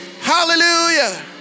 Hallelujah